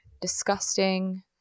Disgusting